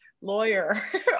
lawyer